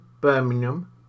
Birmingham